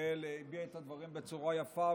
גמליאל הביעה את הדברים בצורה יפה,